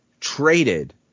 traded